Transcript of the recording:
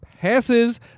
passes